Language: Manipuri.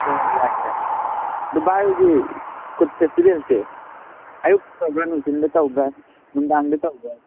ꯍꯣꯏ ꯌꯥꯅꯤ ꯌꯥꯅꯤ ꯑꯗꯨ ꯚꯥꯏ ꯍꯣꯏꯒꯤ ꯀꯨꯠ ꯐꯦꯁꯇꯤꯕꯦꯜꯁꯦ ꯑꯌꯨꯛ ꯇꯧꯕ꯭ꯔ ꯅꯨꯡꯊꯤꯟꯗ ꯇꯧꯕ꯭ꯔ ꯅꯨꯡꯗꯥꯡꯗ ꯇꯧꯕ꯭ꯔ